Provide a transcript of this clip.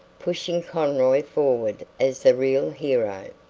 pushing conroy forward as the real hero.